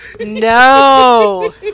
no